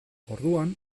orduan